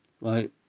right